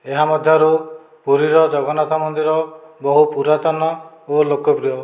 ଏହା ମଧ୍ୟରୁ ପୁରୀର ଜଗନ୍ନାଥ ମନ୍ଦିର ବହୁ ପୁରାତନ ଓ ଲୋକପ୍ରିୟ